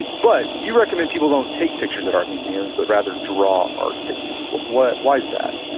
but you recommend people don't take pictures at art museums but rather draw art they see. why why is that?